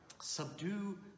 subdue